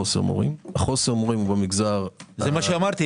זה מה שאמרתי.